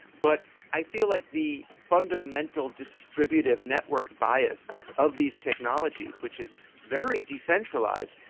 but i feel like the fundamental distributive network bias of these technologies, which is very decentralised,